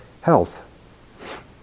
health